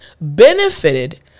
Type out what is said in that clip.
benefited